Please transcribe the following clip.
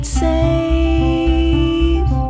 safe